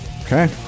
Okay